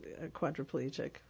quadriplegic